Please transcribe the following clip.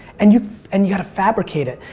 and you and you got to fabricate it.